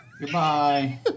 Goodbye